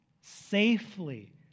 safely